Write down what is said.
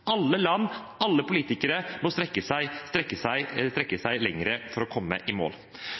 Alle land, alle politikere må strekke seg lenger for å komme i mål.